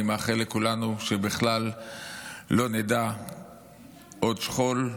אני מאחל לכולנו שבכלל לא נדע עוד שכול,